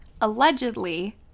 allegedly